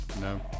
no